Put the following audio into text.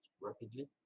rapidly